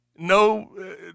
No